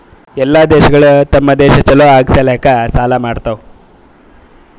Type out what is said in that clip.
ಎಲ್ಲಾ ದೇಶಗೊಳ್ ತಮ್ ದೇಶ ಛಲೋ ಆಗಾ ಸಲ್ಯಾಕ್ ಸಾಲಾ ಮಾಡ್ಯಾವ್